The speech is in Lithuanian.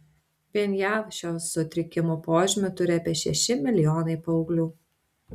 vien jav šio sutrikimo požymių turi apie šeši milijonai paauglių